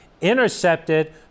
intercepted